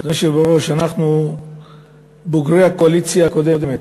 אדוני היושב בראש, אנחנו בוגרי הקואליציה הקודמת,